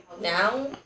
Now